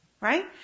Right